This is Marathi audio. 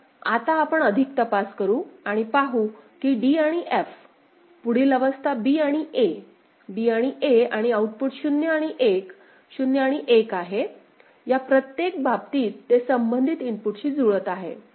तर आता आपण अधिक तपास करू आणि पाहू की d आणि f पुढील अवस्था b आणि a b आणि a आणि आऊटपुट 0 आणि 1 0 आणि 1 आहे या प्रत्येक बाबतीत ते संबंधित इनपुटशी जुळत आहे